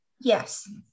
yes